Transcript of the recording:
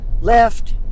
Left